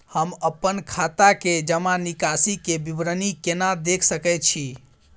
हम अपन खाता के जमा निकास के विवरणी केना देख सकै छी?